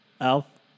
Alf